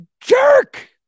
jerk